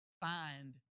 find